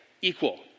equal